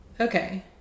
okay